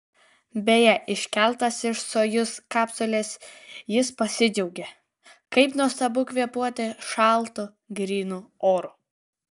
beje iškeltas iš sojuz kapsulės jis pasidžiaugė kaip nuostabu kvėpuoti šaltu grynu oru